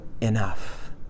enough